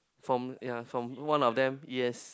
from yea from one of them yes